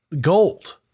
gold